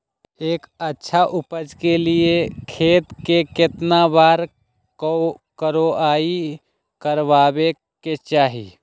एक अच्छा उपज के लिए खेत के केतना बार कओराई करबआबे के चाहि?